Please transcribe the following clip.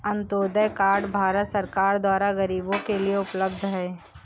Antyodaya card Bharat सरकार द्वारा गरीबो के लिए उपलब्ध है